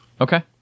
Okay